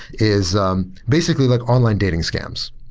is um basically like online dating scams.